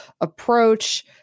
approach